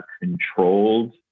controlled